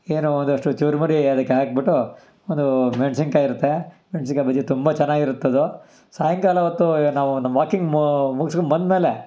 ಏನೋ ಒಂದಷ್ಟು ಚುರುಮುರಿ ಅದಕ್ಕೆ ಹಾಕ್ಬಿಟ್ಟು ಒಂದು ಮೆಣ್ಸಿನ್ಕಾಯಿ ಇರುತ್ತೆ ಮೆಣ್ಸಿನ್ಕಾಯಿ ಬಜ್ಜಿ ತುಂಬ ಚೆನ್ನಾಗಿರುತ್ತದು ಸಾಯಂಕಾಲ ಹೊತ್ತು ನಾವು ನಮ್ಮ ವಾಕಿಂಗ್ ಮುಗುಸ್ಕೊಂಬಂದ್ಮೇಲೆ